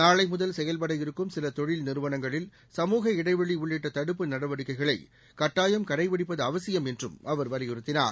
நாளை முதல் செயல்படவிருக்கும் சில தொழில் நிறுவனங்களில் சமூக இடைவெளி உள்ளிட்ட தடுப்பு நடவடிக்கைகளை கட்டாயம் கடைபிடிப்பது அவசியம் என்றும் அவர் வலியுறுத்தினார்